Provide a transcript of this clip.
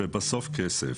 ובסוף כסף.